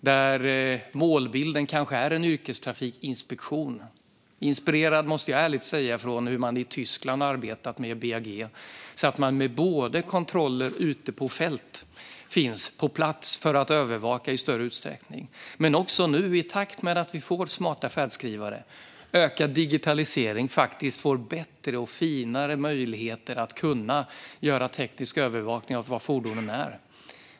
Där är målbilden kanske en yrkestrafikinspektion inspirerad, måste jag ärligt säga, av hur man i Tyskland har arbetat med BAG, så att man med kontroller ute på fält finns på plats för att övervaka i större utsträckning. I takt med att vi nu får smarta färdskrivare och ökad digitalisering får vi bättre och finare möjligheter att tekniskt övervaka var fordonen är.